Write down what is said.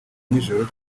nijoro